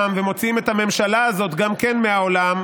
ומוציאים את הממשלה הזאת גם כן מהעולם,